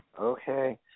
Okay